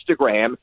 Instagram